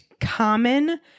common